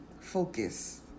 focus